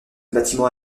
bâtiment